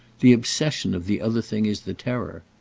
the obsession of the other thing is the terror.